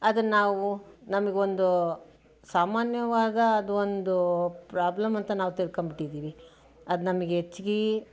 ಅದನ್ನಾವು ನಮಗೆ ಒಂದು ಸಾಮಾನ್ಯವಾದ ಅದು ಒಂದು ಪ್ರಾಬ್ಲಮ್ ಅಂತ ನಾವು ತಿಳ್ಕೋಬಿಟ್ಟಿದ್ದೀವಿ ಅದು ನಮಗೆ ಹೆಚ್ಚಿಗೆ